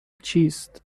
چیست